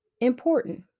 important